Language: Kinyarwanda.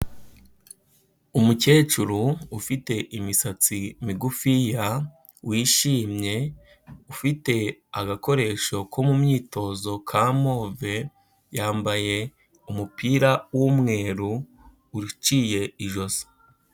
Umukecuru ufite imisatsi migufiya wishimye, ufite agakoresho ko mu myitozo ka move, yambaye umupira w'umweru uciye ijosi.